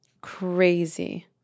Crazy